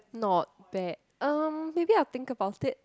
not bad um maybe I will think about it